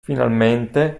finalmente